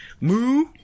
moo